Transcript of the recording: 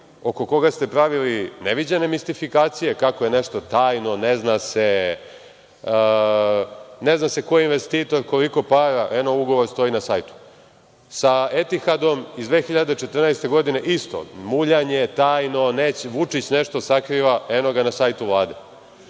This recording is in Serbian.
oko koga ste pravili neviđene mistifikacije, kako je nešto tajno, ne zna se, ne zna se ko je investitor, koliko para, eno ugovor stoji na sajtu. Sa „Etihadom“ iz 2014. godine isto, muljanje, tajno, Vučić nešto sakriva, eno ga na sajtu Vlade. Ja